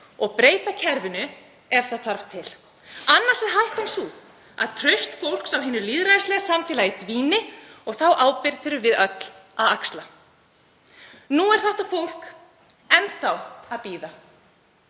og breyta kerfinu ef það þarf til. Annars er hættan sú að traust fólks á hinu lýðræðislega samfélagi dvíni og þá ábyrgð þurfum við öll að axla.“ Nú er þetta fólk enn þá að bíða.